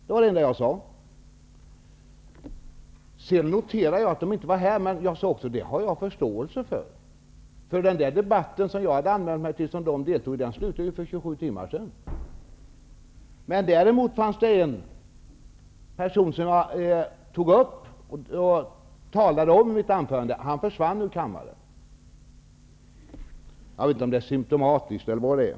Jag noterade att dessa ledamöter inte var här, men jag sade att jag hade förståelse för det. Den debatt som jag hade anmält mig till och som de deltog i slutade för 27 timmar sedan. Däremot var det en person som jag talade om i mitt anförande som försvann ur kammaren -- jag vet inte om det är symtomatiskt eller vad det är.